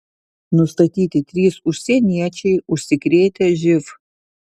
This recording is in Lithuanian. nustatyti trys užsieniečiai užsikrėtę živ